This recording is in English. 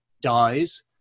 dies